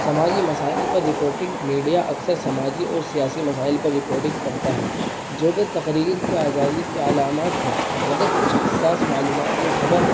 سماجی مسائل پر رپورٹنگ میڈیا اکثر سماجی اور سیاسی مسائل پر رپورڈنگ کرتا ہے جو کہ تقریر کے آزادی کی علامات ہیں مگر کچھ حساس معلومات میں خبر